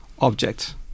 object